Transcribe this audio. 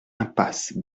impasse